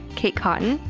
kate cotton,